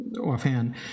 offhand